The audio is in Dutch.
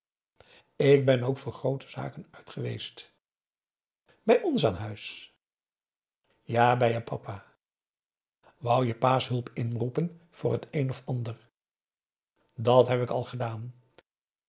ik ben ook voor groote zaken uit geweest bij ons aan huis ja bij je papa wou je pa's hulp inroepen voor t een of ander dat heb ik al gedaan